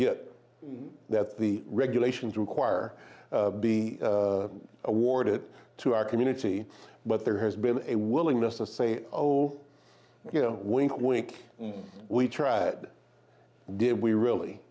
get that the regulations require be awarded to our community but there has been a willingness to say oh you know wink wink we tried did we really